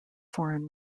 foreign